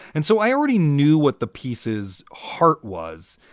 and so i already knew what the pieces heart was.